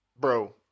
Bro